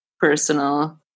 personal